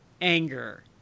anger